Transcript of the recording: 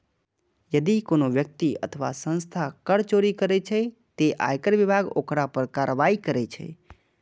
यदि कोनो व्यक्ति अथवा संस्था कर चोरी करै छै, ते आयकर विभाग ओकरा पर कार्रवाई करै छै